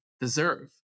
deserve